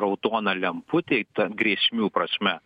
raudona lemputė ta grėsmių prasme